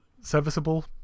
serviceable